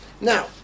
Now